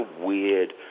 weird